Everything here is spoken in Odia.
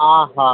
ହଁ ହଁ